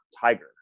Tiger